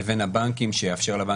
נדגיש שאצלנו,